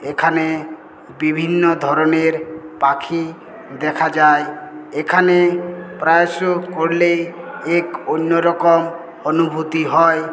এখানে বিভিন্ন ধরনের পাখি দেখা যায় এখানে প্রায়শই করলেই এক অন্যরকম অনুভূতি হয়